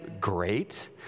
Great